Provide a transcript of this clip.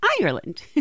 Ireland